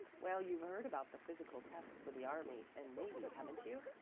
well, you've heard about the physical tests for the army and navy, haven't you?